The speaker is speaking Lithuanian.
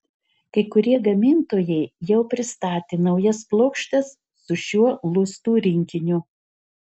kai kurie gamintojai jau pristatė naujas plokštes su šiuo lustų rinkiniu